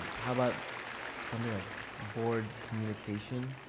how about something like board communication?